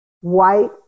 white